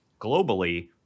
globally